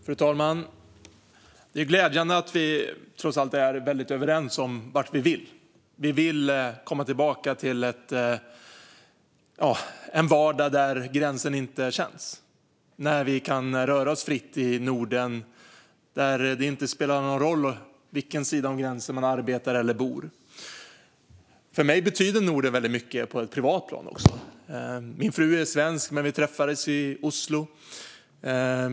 Fru talman! Det är glädjande att vi trots allt är överens om vart vi vill. Vi vill komma tillbaka till en vardag där gränsen inte känns, där vi kan röra oss fritt i Norden och där det inte spelar någon roll på vilken sida av gränsen man arbetar eller bor. För mig betyder Norden mycket också på ett privat plan. Min fru är svensk, men vi träffades i Oslo.